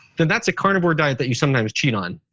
then that's a carnivore diet that you sometimes cheat on.